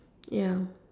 ya